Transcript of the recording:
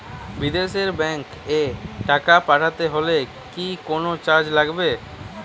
বিদেশের ব্যাংক এ টাকা পাঠাতে হলে কি কোনো চার্জ লাগবে?